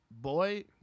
boy